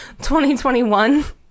2021